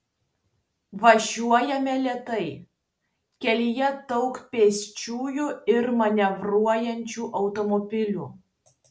važiuojame lėtai kelyje daug pėsčiųjų ir manevruojančių automobilių